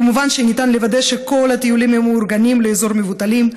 כמובן שניתן לוודא שכל הטיולים שמאורגנים לאזור מבוטלים,